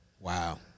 Wow